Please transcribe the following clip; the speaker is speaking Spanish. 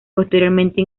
posteriormente